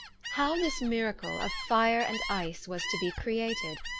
how this miracle of fire and ice was to be created,